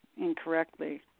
incorrectly